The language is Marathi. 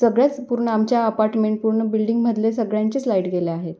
सगळ्याच पूर्ण आमच्या अपार्टमेंट पूर्ण बिल्डिंगमधले सगळ्यांचेच लाईट गेले आहेत